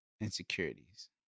Insecurities